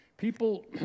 People